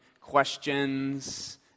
questions